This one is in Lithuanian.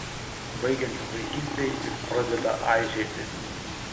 baigiantis vaikystei jis pradeda aižėti